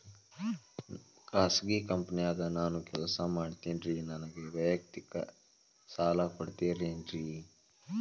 ಖಾಸಗಿ ಕಂಪನ್ಯಾಗ ನಾನು ಕೆಲಸ ಮಾಡ್ತೇನ್ರಿ, ನನಗ ವೈಯಕ್ತಿಕ ಸಾಲ ಕೊಡ್ತೇರೇನ್ರಿ?